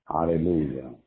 Hallelujah